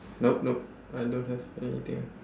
nope nope I don't have anything